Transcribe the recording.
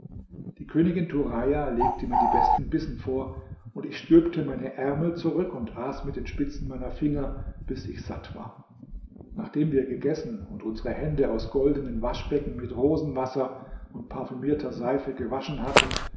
die königin turaja legte mir die besten bissen vor und ich stülpte meine ärmel zurück und aß mit den spitzen meiner finger bis ich satt war nachdem wir gegessen und unsere hände aus goldenen waschbecken mit rosenwasser und parfümierter seife gewaschen hatten